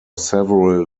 several